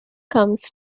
comes